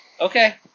Okay